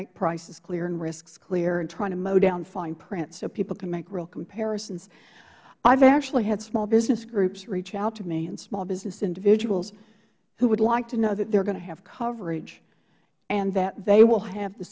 make prices clear and risks clear and trying to mow down fine print so people can make real comparisons i have actually had smallbusiness groups reach out to me and smallbusiness individuals who would like to know that they are going to have coverage and that they will have the